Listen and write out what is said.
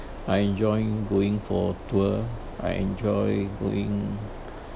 I enjoy going for tour I enjoy going